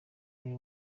ariwe